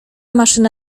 maszyna